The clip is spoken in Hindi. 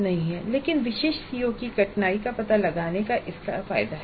लेकिन विशिष्ट सीओ की कठिनाई का पता लगाने का इसका फायदा है